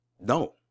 No